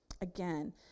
Again